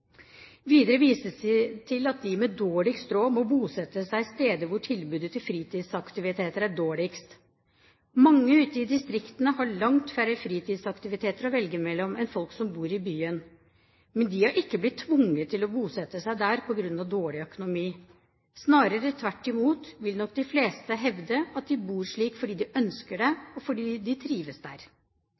Videre vises det til at de med dårlig råd må bosette seg steder hvor tilbudet om fritidsaktiviteter er dårligst. Mange ute i distriktene har langt færre fritidsaktiviteter å velge mellom enn folk som bor i byen. Men de har ikke blitt tvunget til å bosette seg der på grunn av dårlig økonomi. Snarere tvert imot vil nok de fleste hevde at de bor slik fordi de ønsker det, og fordi de trives der.